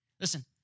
Listen